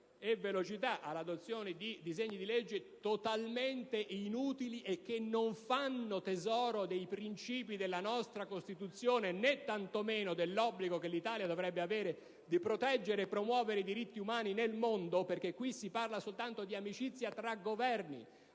e velocità all'adozione di disegni di legge totalmente inutili, che non fanno tesoro dei principi della nostra Costituzione, né tantomeno dell'obbligo che l'Italia dovrebbe rispettare di proteggere e promuovere i diritti umani nel mondo, perché qui si parla soltanto di amicizia tra i Governi,